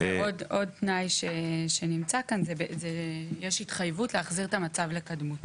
עוד תנאי שנמצא כאן זה שיש התחייבות להחזיר את המצב לקדמותו.